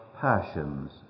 passions